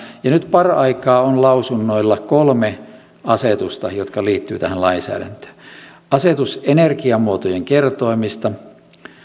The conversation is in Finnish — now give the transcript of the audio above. ja nyt paraikaa on lausunnoilla kolme asetusta jotka liittyvät tähän lainsäädäntöön asetus energiamuotojen kertoimista